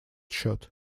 счет